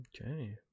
Okay